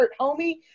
Homie